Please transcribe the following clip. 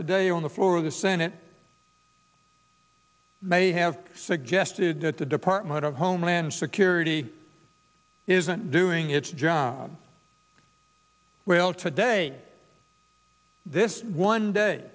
today on the floor of the then it may have suggested that the department of homeland security isn't doing its job well today this one day